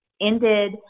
ended